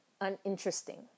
uninteresting